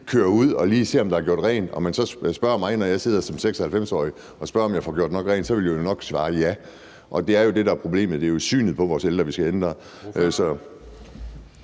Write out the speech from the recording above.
kører ud og lige ser, om der er gjort rent, og man spørger mig, når jeg sidder som 96-årig, om jeg får gjort nok rent, vil jeg jo nok svare ja. Det er jo det, der er problemet. Det er jo synet på vores ældre, vi skal have